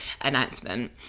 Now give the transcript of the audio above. announcement